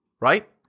right